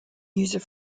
user